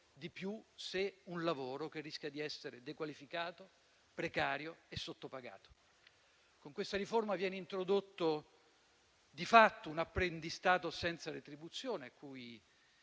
di più se è un lavoro che rischia di essere dequalificato, precario e sottopagato. Con questa riforma viene introdotto di fatto un apprendistato senza retribuzione,